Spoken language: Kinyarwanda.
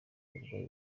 uburwayi